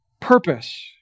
purpose